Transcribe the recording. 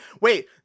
wait